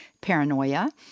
paranoia